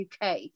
UK